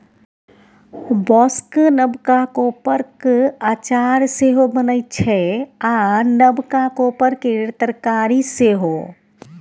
बाँसक नबका कोपरक अचार सेहो बनै छै आ नबका कोपर केर तरकारी सेहो